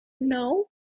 No